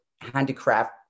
handicraft